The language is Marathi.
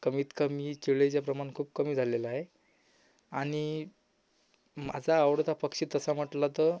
कमीत कमी चिळेचे प्रमाण खूप कमी झालेलं आहे आणि माझा आवडता पक्षी तसा म्हटला तर